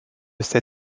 cet